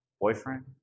Boyfriend